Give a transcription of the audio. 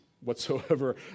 whatsoever